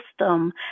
system